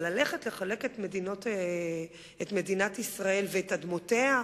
אבל ללכת לחלק את מדינת ישראל ואת אדמותיה?